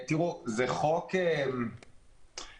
זה חוק מורכב.